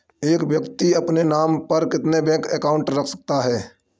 एक व्यक्ति अपने नाम पर कितने बैंक अकाउंट रख सकता है?